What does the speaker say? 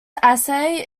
assay